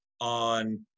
on